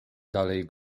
dalej